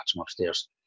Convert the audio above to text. upstairs